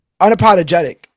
unapologetic